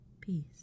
Peace